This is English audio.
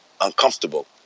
uncomfortable